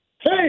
hey